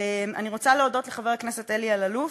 אני רוצה להודות לחבר הכנסת אלי אלאלוף,